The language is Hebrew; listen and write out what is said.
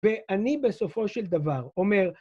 ‫ואני בסופו של דבר אומר...